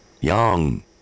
young